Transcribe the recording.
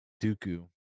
Dooku